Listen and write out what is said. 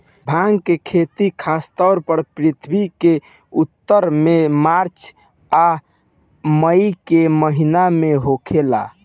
भांग के खेती खासतौर पर पृथ्वी के उत्तर में मार्च आ मई के महीना में होखेला